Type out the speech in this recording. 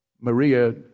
Maria